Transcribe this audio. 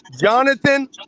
Jonathan